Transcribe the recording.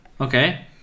Okay